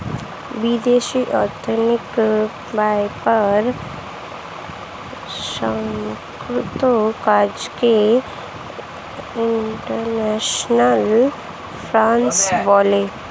বিদেশি অর্থনৈতিক ব্যাপার সংক্রান্ত কাজকে ইন্টারন্যাশনাল ফিন্যান্স বলে